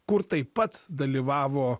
kur taip pat dalyvavo